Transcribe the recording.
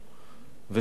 ושדורכים על משהו.